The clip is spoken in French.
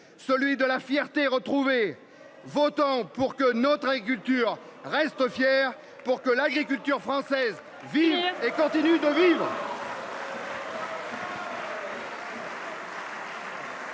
celui de la fierté retrouvée votants pour que notre agriculture reste fier pour que l'agriculture française. Villiers et continue de vivre.